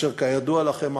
אשר כידוע לכם,